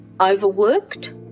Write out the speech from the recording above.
overworked